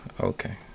Okay